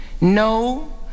No